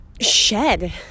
shed